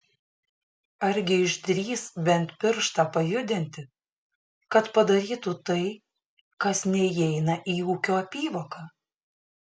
argi išdrįs bent pirštą pajudinti kad padarytų tai kas neįeina į ūkio apyvoką